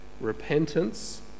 repentance